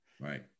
right